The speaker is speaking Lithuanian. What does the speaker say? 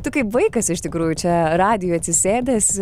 tu kaip vaikas iš tikrųjų čia radijuj atsisėdęs